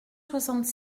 soixante